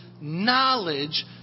knowledge